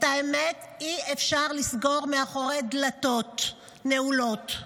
את האמת אי-אפשר לסגור מאחורי דלתות נעולות.